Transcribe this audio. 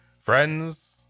Friends